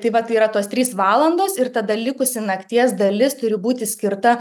tai vat tai yra tos trys valandos ir tada likusi nakties dalis turi būti skirta